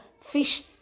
fish